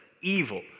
Evil